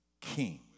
king